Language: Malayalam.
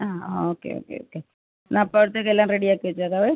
ആ ഓക്കെ ഓക്കെ ഓക്കെ എന്നാൽ അപ്പോഴത്തേക്കെല്ലാം റെഡിയാക്കി വച്ചേക്കാം